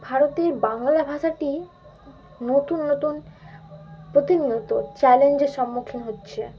ভারতের বাংলা ভাষাটি নতুন নতুন প্রতিনিয়ত চ্যালেঞ্জের সম্মুখীন হচ্ছে